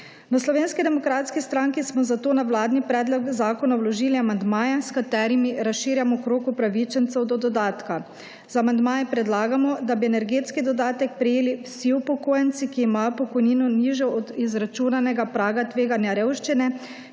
V Slovenski demokratski stranki smo zato na vladni predlog zakona vložili amandmaje, s katerimi razširjamo krog upravičencev do dodatka. Z amandmaji predlagamo, da bi energetski dodatek prejeli vsi upokojenci, ki imajo pokojnino nižjo od izračunanega praga tveganja revščine,